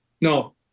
No